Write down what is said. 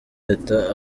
leta